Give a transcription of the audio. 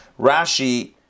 Rashi